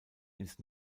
ins